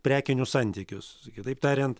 prekinius santykius kitaip tariant